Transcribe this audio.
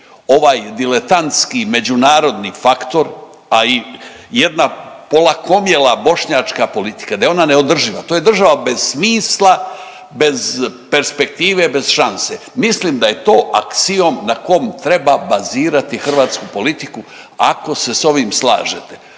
ovaj diletantski međunarodni faktor, a i jedna polakomjela bošnjačka politika, da je ona neodrživa, to je država bez smisla, bez perspektive, bez šanse. Mislim da je to aksiom na kom treba bazirati hrvatsku politiku, ako se s ovim slažete.